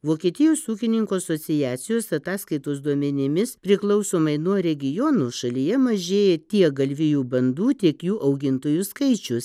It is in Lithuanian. vokietijos ūkininkų asociacijos ataskaitos duomenimis priklausomai nuo regionų šalyje mažėja tiek galvijų bandų tiek jų augintojų skaičius